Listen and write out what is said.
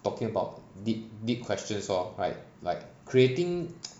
talking about deep deep questions orh right like creating